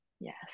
Yes